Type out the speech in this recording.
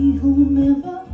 whomever